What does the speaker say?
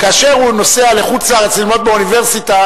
כאשר הוא נוסע לחוץ-לארץ ללמוד באוניברסיטה,